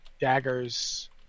daggers